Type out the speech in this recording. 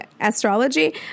astrology